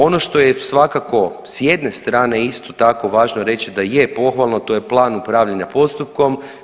Ono što je svakako s jedne strane isto tako važno reži da je pohvalno to je plan upravljanja postupkom.